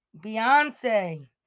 Beyonce